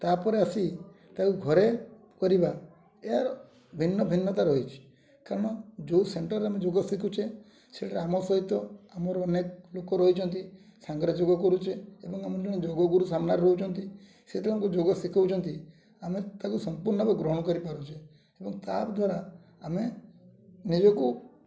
ତା'ପରେ ଆସି ତା'କୁ ଘରେ କରିବା ଏହାର ଭିନ୍ନ ଭିନ୍ନତା ରହିଛି କାରଣ ଯୋଉ ସେଣ୍ଟର୍ରେ ଆମେ ଯୋଗ ଶିଖୁଛେ ସେଠାରେ ଆମ ସହିତ ଆମର ଅନେକ ଲୋକ ରହିଛନ୍ତି ସାଙ୍ଗରେ ଯୋଗ କରୁଛେ ଏବଂ ଆମ ଜଣେ ଯୋଗ ଗୁରୁ ସାମ୍ନାରେ ରହୁଛନ୍ତି ସେତେବେଳେ ଯୋଗ ଶିଖଉଛନ୍ତି ଆମେ ତା'କୁ ସମ୍ପୂର୍ଣ୍ଣ ଭାବେ ଗ୍ରହଣ କରିପାରୁଛେ ଏବଂ ତା ଦ୍ୱାରା ଆମେ ନିଜକୁ